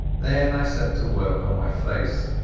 then i set to work on my face.